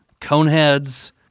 Coneheads